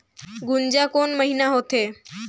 गुनजा कोन महीना होथे?